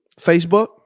Facebook